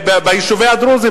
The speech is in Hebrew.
ביישובי הדרוזים.